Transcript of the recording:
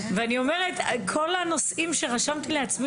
ואני אומרת שכל הנושאים שרשמתי לעצמי